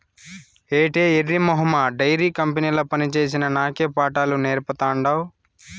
ఏటే ఎర్రి మొహమా డైరీ కంపెనీల పనిచేసిన నాకే పాఠాలు నేర్పతాండావ్